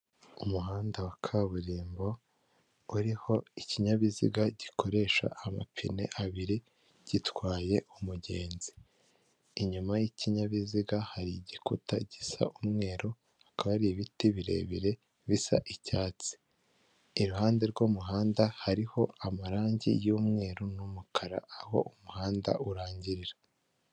Umuhanda wa Kaburimbo uriho ikinyabiziga gikoresha amapine abiri gitwaye umugenzi, inyuma y'ikinyabiziga hari igikuta gisa umweru, hakaba hari ibiti birebire bisa icyatsi, iruhande rw'umuhanda hariho amarangi y'mweru n'umukara aho umuhanda urangirira.